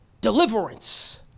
deliverance